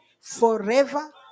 forever